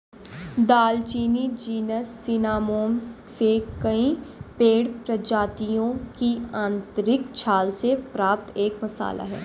दालचीनी genus Cinnamomum से कई पेड़ प्रजातियों की आंतरिक छाल से प्राप्त एक मसाला है